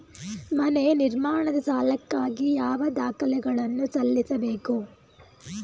ಮನೆ ನಿರ್ಮಾಣದ ಸಾಲಕ್ಕಾಗಿ ಯಾವ ದಾಖಲೆಗಳನ್ನು ಸಲ್ಲಿಸಬೇಕು?